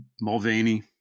Mulvaney